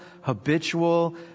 habitual